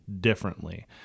differently